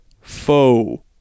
foe